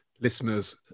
Listeners